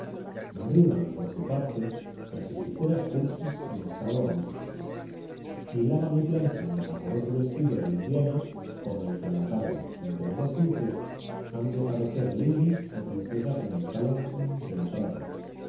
madrugan por su parte las hechiceras cursis en estado honesto y lavan y planchan el vaporoso vestido de indiana con el que a la tarde entre dos luces han de parecer ladys o princesas en el salón del prado